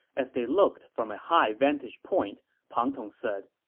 as they looked from a high vantage point, pang tong said,